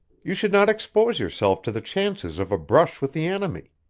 you should not expose yourself to the chances of a brush with the enemy.